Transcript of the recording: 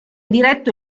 diretto